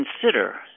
consider